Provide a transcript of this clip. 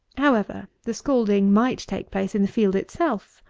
however, the scalding might take place in the field itself,